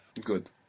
Good